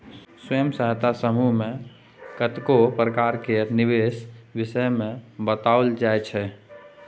स्वयं सहायता समूह मे कतेको प्रकार केर निबेश विषय मे बताओल जाइ छै